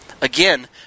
Again